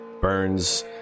Burns